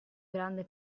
grande